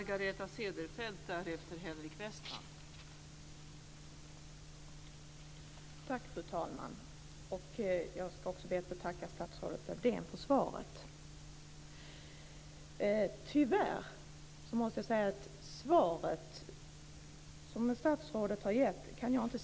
Fru talman! Jag ska be att få tacka statsrådet Lövdén för svaret. Tyvärr kan jag inte se att det svar som statsrådet har gett svarar på frågan.